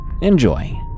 Enjoy